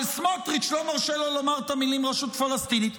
אבל סמוטריץ' לא מרשה לו לומר את המילים רשות פלסטינית,